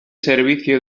servicio